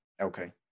Okay